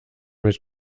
mit